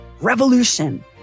revolution